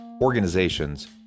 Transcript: organizations